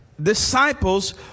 Disciples